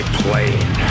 plane